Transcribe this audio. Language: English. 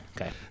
okay